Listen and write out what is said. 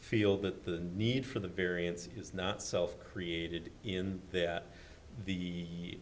feel that the need for the variance is not self created in that the